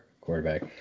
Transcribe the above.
quarterback